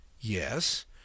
Yes